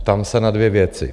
Ptám se na dvě věci.